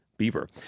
beaver